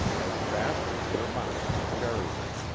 as fast as their mounts could carry them.